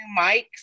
mics